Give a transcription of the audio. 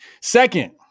Second